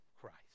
Christ